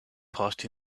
post